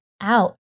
out